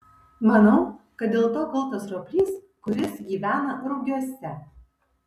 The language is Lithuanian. manau kad dėl to kaltas roplys kuris gyvena rugiuose